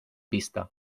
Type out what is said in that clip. vista